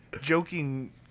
joking